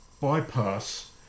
bypass